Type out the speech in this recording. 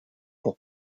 pour